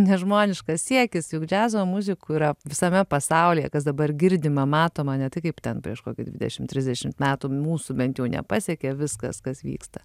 nežmoniškas siekis juk džiazo muzikų yra visame pasaulyje kas dabar girdima matoma ne tai kaip ten prieš kokį dvidešim trisdešimt metų mūsų bent jau nepasiekė viskas kas vyksta